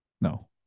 No